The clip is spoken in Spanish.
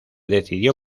decidió